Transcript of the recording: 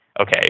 okay